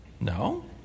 No